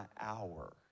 hour